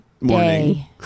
morning